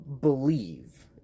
believe